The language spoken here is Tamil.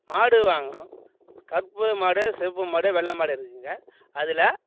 மாடு வாங்கணும் கருப்பு மாடு சிவப்பு மாடு வெள்ளை மாடு இருக்குங்க அதில்